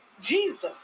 Jesus